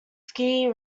ski